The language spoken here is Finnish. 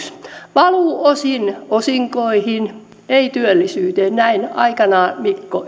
valuu osin osinkoihin ei työllisyyteen näin sanoi aikanaan mikko elo